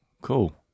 Cool